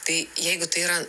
tai jeigu tai yra